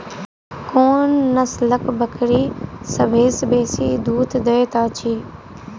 कोन नसलक बकरी सबसँ बेसी दूध देइत अछि?